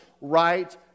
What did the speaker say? right